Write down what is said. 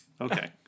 Okay